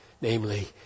namely